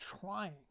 trying